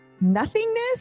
nothingness